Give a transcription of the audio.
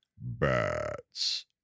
Bats